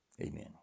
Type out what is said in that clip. amen